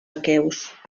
aqueus